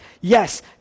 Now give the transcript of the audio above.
Yes